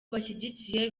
bashyigikiye